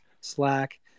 Slack